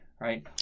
right